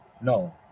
No